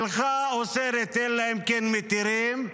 שלך אוסרת אלא אם כן מתירים,